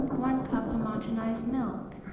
one cup homogenized milk.